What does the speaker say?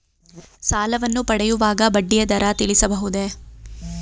ಸಾಲವನ್ನು ಪಡೆಯುವಾಗ ಬಡ್ಡಿಯ ದರ ತಿಳಿಸಬಹುದೇ?